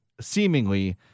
seemingly